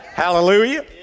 Hallelujah